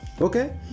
Okay